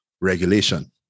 regulation